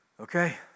okay